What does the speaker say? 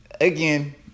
again